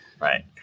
right